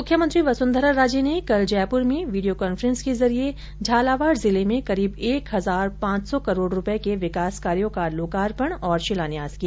मुख्यमंत्री वसुन्धरा राजे ने कल जयपुर से वीडियो कांफ़ेंस के जरिये झालावाड जिले में करीब एक हजार पांच सौ करोड़ रूपये के विकास कार्यो का लोकार्पण और शिलान्यास किया